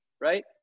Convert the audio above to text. right